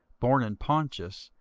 born in pontus,